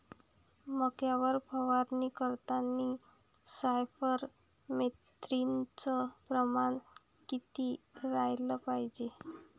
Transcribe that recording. मक्यावर फवारनी करतांनी सायफर मेथ्रीनचं प्रमान किती रायलं पायजे?